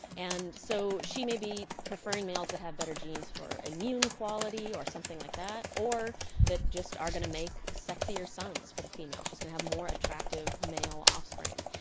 and so she may be preferring males that have better genes for immune quality or something like that, or that just are going to make sexier sons for the female, she's going to have more attractive male offspring.